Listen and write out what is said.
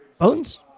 Bones